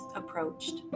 approached